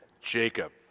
Jacob